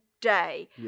day